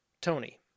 Tony